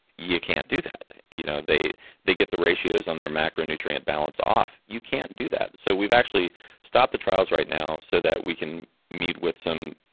you can't do that. you know they they get the ratios on their macronutrient balance off. you can't do that so, we've actually stopped the trials right now so that we can meet with some